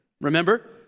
remember